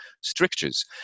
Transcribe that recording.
strictures